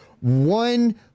one